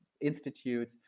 institute